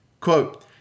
quote